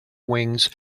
wings